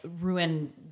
ruin